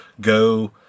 go